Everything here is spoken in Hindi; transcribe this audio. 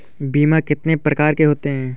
बीमा कितनी प्रकार के होते हैं?